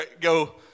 go